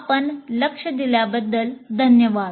आपण लक्ष दिल्याबद्दल धन्यवाद